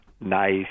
nice